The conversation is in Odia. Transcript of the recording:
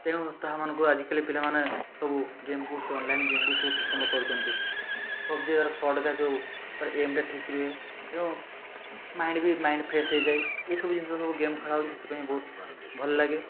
ତେଣୁ ତାହାମାନଙ୍କୁ ଆଜିକାଲି ପିଲାମାନେ ସବୁ ଗେମ୍କୁ ସେ ଅନଲାଇନ୍ ଗେମ୍କୁ ସବୁ ପସନ୍ଦ କରୁଛନ୍ତି ପବଜି ସର୍ଟ ଯେଉଁ ତା'ର ଏମ୍ଟା ଠିକ୍ ନୁହେ ତେଣୁ ମାଇଣ୍ଡ ବି ମାଇଣ୍ଡ ଫ୍ରେସ୍ ହେଇଯାଏ ଏସବୁ ଜିନିଷ ସବୁ ଗେମ୍ ଖେଳା ଯାଉଛି ସେଥିପାଇଁ ବହୁତ ଭଲ ଲାଗେ